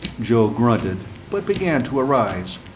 joe grunted, but began to arise.